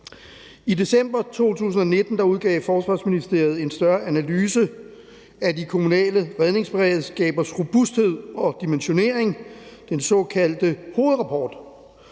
I december 2019 udgav Forsvarsministeriet en større analyse af de kommunale redningsberedskabers robusthed og dimensionering, den såkaldte hovedrapport.